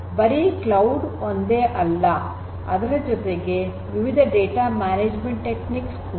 ಬರೀ ಕ್ಲೌಡ್ ಒಂದೇ ಅಲ್ಲ ಅದರ ಜೊತೆಗೆ ವಿವಿಧ ಡೇಟಾ ಮ್ಯಾನೇಜ್ಮೆಂಟ್ ಟೆಕ್ನಿಕ್ಸ್ ಕೂಡ